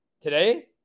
Today